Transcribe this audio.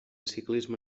ciclisme